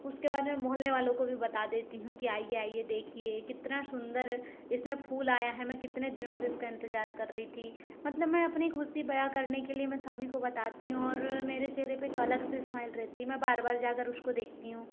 उसके बाद मैं मोहल्ले वालों को भी बता देती हूँ कि आइए आइए देखिए कितना सुंदर इसमें फूल आया है मैं कितने दिनों से इसका इंतज़ार कर रही थी मतलब मैं अपनी खुशी बयां करने के लिए मैं सभी को बताती हूँ और मेरे चेहरे पर एक अलग सी स्माइल रहती है मैं बार बार जाकर उसको देखती हूँ